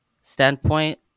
standpoint